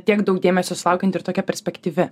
tiek daug dėmesio sulaukianti ir tokia perspektyvi